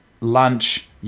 lunch